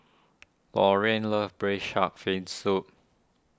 Lorene loves Braised Shark Fin Soup